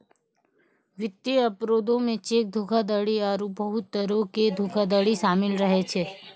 वित्तीय अपराधो मे चेक धोखाधड़ी आरु बहुते तरहो के धोखाधड़ी शामिल रहै छै